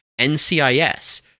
NCIS